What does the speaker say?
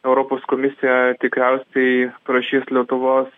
europos komisija tikriausiai prašys lietuvos